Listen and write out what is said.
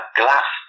glass